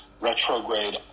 retrograde